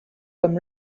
comme